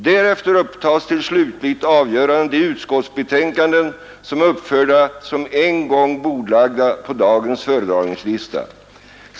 Därefter upptas till slutligt = Kartläggning av avgörande de utskottsbetänkanden som är uppförda som en gång <Mångsyssleriet i bordlagda på dagens föredragningslista.